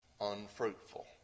Unfruitful